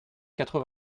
quatre